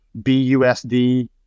busd